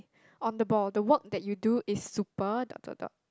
on the board the work that you do is super dot dot dot